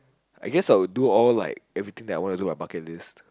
I guess I would do all like everything on my bucket list